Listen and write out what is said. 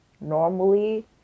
normally